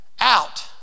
out